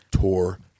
tour